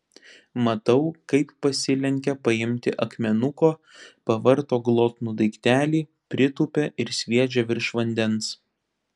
matau kaip pasilenkia paimti akmenuko pavarto glotnų daiktelį pritūpia ir sviedžia virš vandens